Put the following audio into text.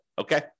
Okay